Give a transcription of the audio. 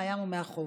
מהים ומהחוף.